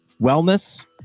wellness